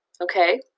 okay